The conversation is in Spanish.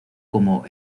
como